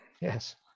Yes